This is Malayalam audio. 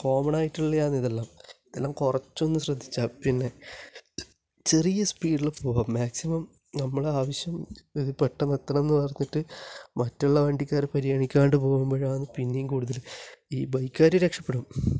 കോമണായിട്ട് ഉള്ളതാണ് ഇതെല്ലാം ഇതെല്ലാം കുറച്ചൊന്ന് ശ്രദ്ധിച്ചാൽ പിന്നെ ചെറിയ സ്പീഡിൽ പോവുക മാക്സിമം നമ്മുടെ ആവശ്യം പെട്ടെന്ന് എത്തണം എന്ന് പറഞ്ഞിട്ട് മറ്റുള്ള വണ്ടിക്കാരെ പരിഗണിക്കാതെ പോവുമ്പോഴാന്ന് പിന്നെയും കൂടുതൽ ഈ ബൈക്കുകാർ രക്ഷപ്പെടും